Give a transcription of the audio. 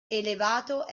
elevato